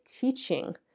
teaching